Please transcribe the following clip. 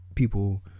People